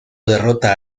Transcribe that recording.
derrota